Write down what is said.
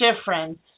difference